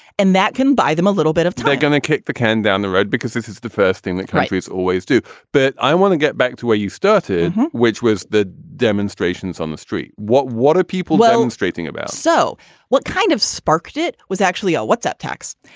and that can buy them a little bit of they're going to kick the can down the road because this is the first thing that countries always do but i want to get back to where you started, which was the demonstrations on the street. what what are people telling straight thing about? so what kind of sparked it was actually. oh, what's that tax?